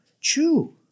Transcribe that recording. chew